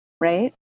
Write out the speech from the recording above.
right